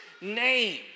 name